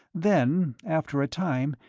then, after a time,